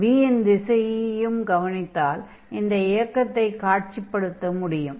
v இன் திசையையும் கவனித்தால் இந்த இயக்கத்தைக் காட்சிப்படுத்த முடியும்